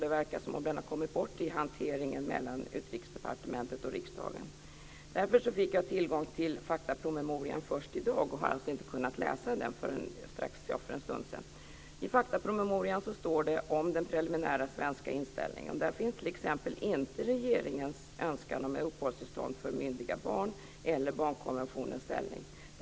Det verkar som om den har kommit bort i hanteringen mellan Utrikesdepartementet och riksdagen. Jag fick tillgång till faktapromemorian först i dag och har inte kunnat läsa den förrän för en stund sedan. I faktapromemorian redovisas den preliminära svenska inställningen. Där finns t.ex. inte regeringens önskan om uppehållstillstånd för myndiga barn eller om barnkonventionens ställning med.